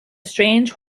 strange